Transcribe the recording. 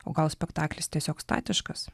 o gal spektaklis tiesiog statiškas